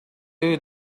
you